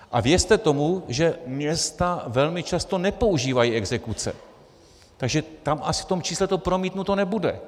A věřte tomu, že města velmi často nepoužívají exekuce, takže tam to asi v tom čísle promítnuto nebude.